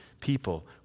people